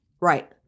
Right